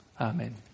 Amen